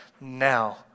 now